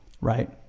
right